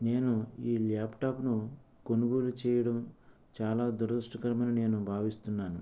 నేను ఈ ల్యాప్టాప్ను కొనుగోలు చేయటం చాలా దురదృష్టకరమని నేను భావిస్తున్నాను